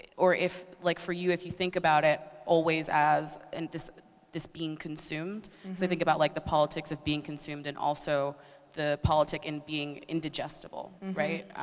or if, like for you, if you think about it always as and this this being consumed, so i think about like the politics of being consumed and also the politick in being indigestible, right?